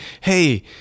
Hey